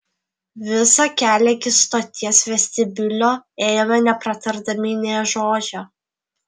visą kelią iki stoties vestibiulio ėjome nepratardami nė žodžio